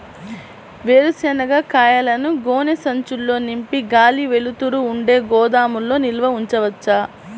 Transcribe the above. వేరుశనగ కాయలను గోనె సంచుల్లో నింపి గాలి, వెలుతురు ఉండే గోదాముల్లో నిల్వ ఉంచవచ్చా?